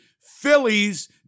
Phillies